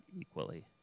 equally